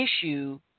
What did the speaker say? issue